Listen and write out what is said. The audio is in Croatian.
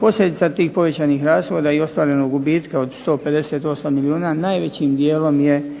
Posljedica tih povećanih rashoda i ostvarenog gubitka od 158 milijuna najvećim dijelom je